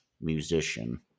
musician